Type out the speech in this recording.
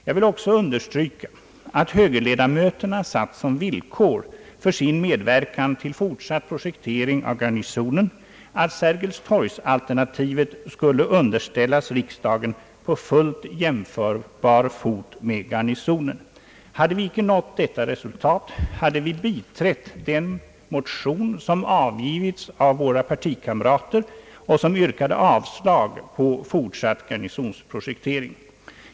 Jag vill också understryka att högerledamöterna satt som villkor för sin medverkan till fortsatt projektering av Garnisonen, att Sergelstorgs-alternativet skall underställas riksdagen på fullt jämförbar fot med Garnisons-alternativet. Hade vi icke nått detta resultat, hade vi biträtt den motion som avgivits av våra partikamrater och som yrkar avslag på fortsatt Garnisons-projektering.